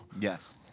yes